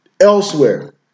elsewhere